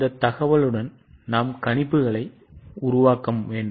இந்த தகவலுடன் நாம் கணிப்புகளை உருவாக்க வேண்டும்